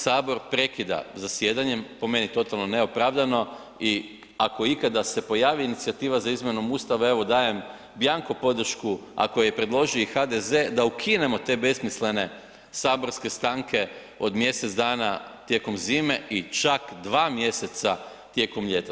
Sabor prekida zasjedanjem, po meni totalno neopravdano i ako ikada se pojavi inicijativa za izmjenom Ustava, evo dajem bianco podršku ako je predloži i HDZ da ukinemo te besmislene saborske stanke od mjesec dana tijekom zime i čak 2 mj. tijekom ljeta.